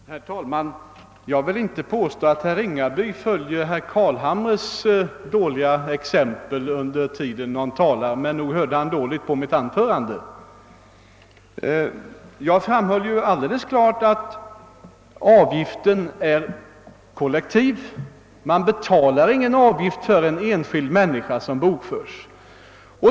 Herr talman! Jag vill inte påstå att herr Ringaby följer herr Carlshamres dåliga exempel då någon annan talar, men nog hörde han dåligt på mitt anförande. Jag framhöll klart att avgiften är kollektiv. Man betalar ingen avgift för någon enskild person.